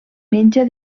menja